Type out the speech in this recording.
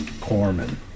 Corman